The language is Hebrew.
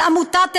על עמותת "אלראזי"